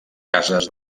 cases